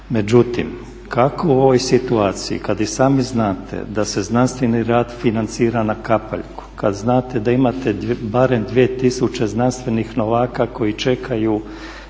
Međutim, kako u ovoj situaciji kada i sami znate da se znanstveni rad financira na kapaljku, kada znate da imate barem 2 tisuće znanstvenih novaka koji čekaju